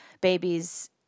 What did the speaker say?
babies